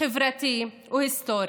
חברתי והיסטורי.